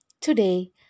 Today